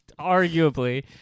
Arguably